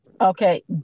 Okay